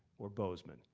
or bozeman.